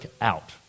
out